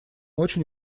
очень